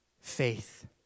faith